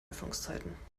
öffnungszeiten